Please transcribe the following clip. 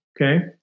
okay